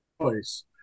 choice